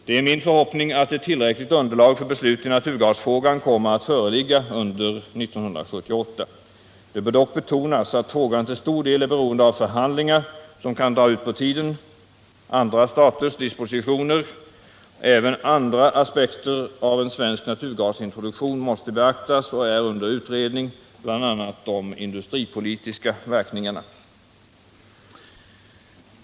Det är min förhoppning att ett tillräckligt underlag för beslut i naturgasfrågan kommer att föreligga under 1978. Det bör dock betonas att frågan till stor del är beroende av förhandlingar, som kan dra ut på tiden, och av andra staters dispositioner. Även andra aspekter på en svensk naturgasintroduktion måste beaktas och är under utredning, bl.a. de industripolitiska verkningarna.